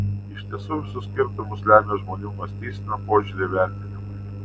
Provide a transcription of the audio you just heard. iš tiesų visus skirtumus lemia žmonių mąstysena požiūriai vertinimai